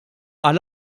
għal